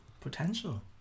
Potential